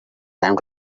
time